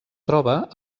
troba